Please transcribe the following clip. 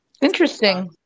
Interesting